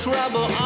trouble